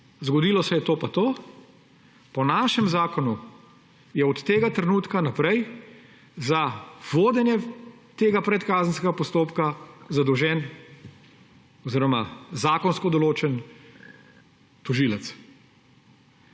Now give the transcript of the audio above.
zgodilo to pa to, po našem zakonu je od tega trenutka naprej za vodenje tega predkazenskega postopka zadolžen oziroma zakonsko določen tožilec.